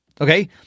Okay